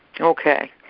okay